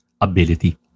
ability